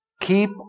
Keep